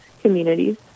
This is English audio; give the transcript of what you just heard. communities